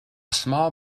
small